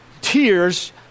tears